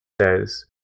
says